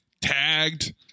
tagged